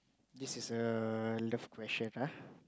this is a love question ah